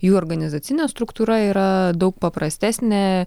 jų organizacinė struktūra yra daug paprastesnė